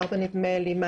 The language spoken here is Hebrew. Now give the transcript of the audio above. נדמה לי סעיף 4,